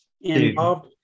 involved